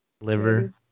Liver